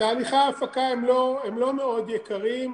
תהליכי ההפקה הם לא מאוד יקרים,